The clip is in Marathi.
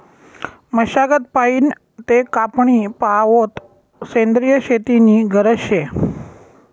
मशागत पयीन ते कापनी पावोत सेंद्रिय शेती नी गरज शे